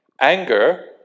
Anger